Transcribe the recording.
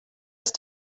just